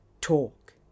Talk